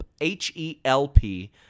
H-E-L-P